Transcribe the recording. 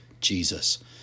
jesus